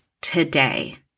today